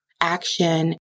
action